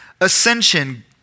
ascension